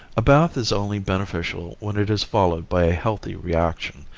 a bath is only beneficial when it is followed by a healthy reaction,